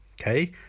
Okay